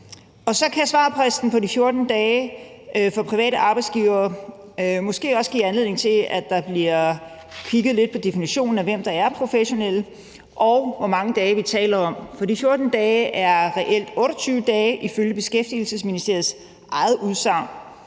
Så kan svarfristen på de 14 dage for private arbejdsgivere måske også give anledning til, at der bliver kigget lidt på definitionen af, hvem der er professionelle, og på, hvor mange dage vi taler om, for de 14 dage er reelt 28 dage ifølge Beskæftigelsesministeriets eget udsagn.